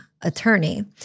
attorney